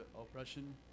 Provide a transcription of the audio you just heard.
oppression